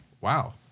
Wow